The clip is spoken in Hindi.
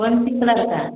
कौन सी कलर का